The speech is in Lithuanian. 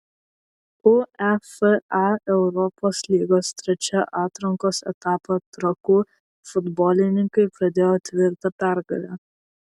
uefa europos lygos trečią atrankos etapą trakų futbolininkai pradėjo tvirta pergale